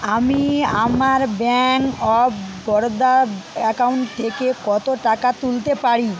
আমি আমার bank of Baroda account থেকে কত টাকা তুলতে পারি